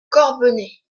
corbenay